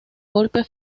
golpe